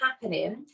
happening